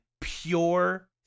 pure